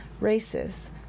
races